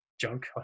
junk